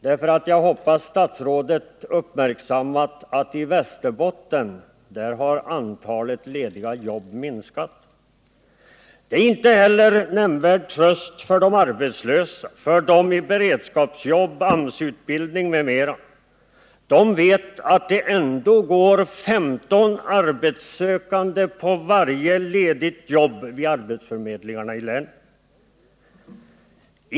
Jag hoppas nämligen att statsrådet har uppmärksammat att antalet lediga jobb i Västerbotten har minskat. Det är inte heller till nämnvärd tröst för de arbetslösa, för dem som har beredskapsjobb eller för dem som genomgår AMS-utbildning. De vet att det vid arbetsförmedlingarna i länet ändå går 15 arbetssökande på varje ledigt jobb.